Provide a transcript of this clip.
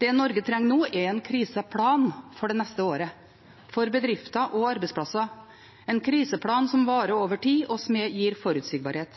Det Norge trenger nå, er en kriseplan for det neste året for bedrifter og arbeidsplasser, en kriseplan som varer over tid, og som gir forutsigbarhet.